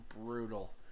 brutal